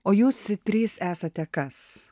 o jūs trys esate kas